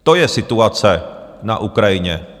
To je situace na Ukrajině.